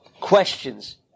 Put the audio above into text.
questions